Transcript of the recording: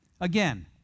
Again